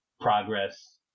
progress